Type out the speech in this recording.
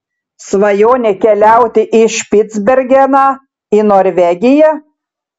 svajonė keliauti į špicbergeną į norvegiją